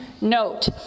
note